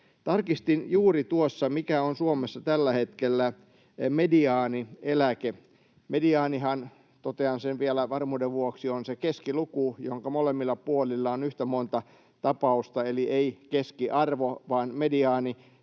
Tarkistin juuri tuossa, mikä on Suomessa tällä hetkellä mediaanieläke. Mediaanihan — totean sen vielä varmuuden vuoksi — on se keskiluku, jonka molemmilla puolilla on yhtä monta tapausta, eli ei keskiarvo vaan mediaani,